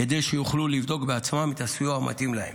כדי שיוכלו לבדוק בעצמם את הסיוע המתאים להם.